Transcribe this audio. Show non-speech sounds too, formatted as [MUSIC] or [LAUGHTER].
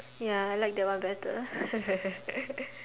ya I like that one better [LAUGHS]